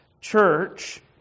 church